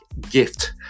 gift